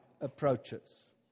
approaches